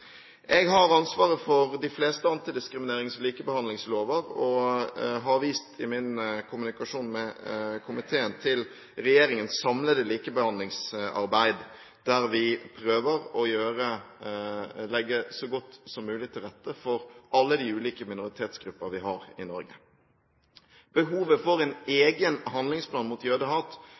Jeg har ansvaret for de fleste antidiskriminerings- og likebehandlingslover og har vist i min kommunikasjon med komiteen til regjeringens samlede likebehandlingsarbeid, der vi prøver å legge så godt som mulig til rette for alle de ulike minoritetsgrupper vi har i Norge. Behovet for en egen handlingsplan mot jødehat